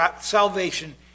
salvation